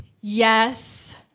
yes